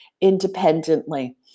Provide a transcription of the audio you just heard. independently